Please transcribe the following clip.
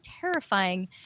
terrifying